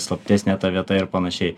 slaptesnė ta vieta ir panašiai